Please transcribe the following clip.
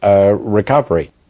recovery